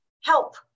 help